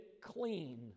clean